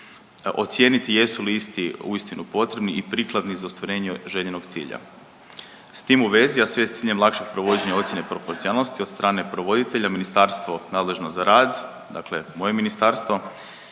ocijeniti jesu li isti uistinu potrebni i prikladni za ostvarenje željenog cilja. S tim u vezi, a sve s ciljem lakšeg provođenja ocjene proporcionalnosti od strane provoditelja, ministarstvo nadležno za rad, dakle moje ministarstvo